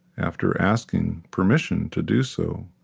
after asking permission to do so,